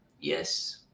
Yes